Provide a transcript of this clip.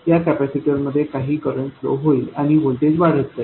या कॅपेसिटरमध्ये काही करंट फ्लो होईल आणि व्होल्टेज वाढत जाईल